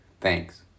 Thanks